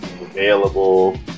available